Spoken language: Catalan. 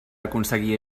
aconseguir